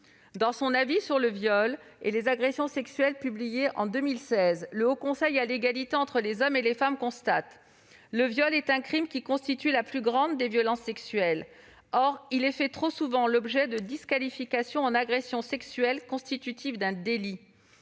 Dans son avis sur le viol et les agressions sexuelles publié en 2016, le Haut Conseil à l'égalité entre les femmes et les hommes constate :« Le viol est un crime qui constitue la plus grave des violences sexuelles. Or il fait trop souvent l'objet de disqualification en agression sexuelle constitutive d'un délit. [